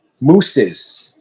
Moose's